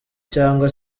cyangwa